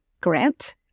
Grant